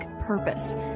purpose